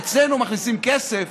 אצלנו מכניסים כסף